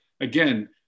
again